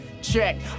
check